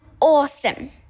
awesome